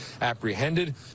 apprehended